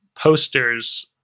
posters